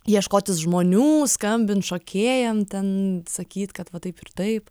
ieškotis žmonių skambint šokėjam ten sakyt kad va taip ir taip